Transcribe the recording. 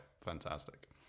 fantastic